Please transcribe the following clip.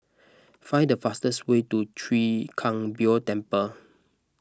find the fastest way to Chwee Kang Beo Temple